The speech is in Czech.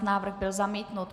Návrh byl zamítnut.